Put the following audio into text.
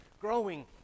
Growing